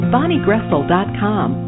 BonnieGressel.com